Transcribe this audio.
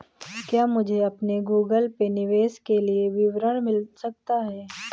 क्या मुझे अपने गूगल पे निवेश के लिए विवरण मिल सकता है?